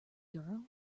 girl